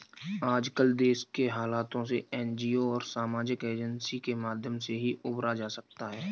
आजकल देश के हालातों से एनजीओ और सामाजिक एजेंसी के माध्यम से ही उबरा जा सकता है